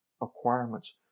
acquirements